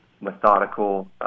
methodical